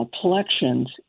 collections